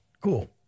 Cool